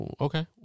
okay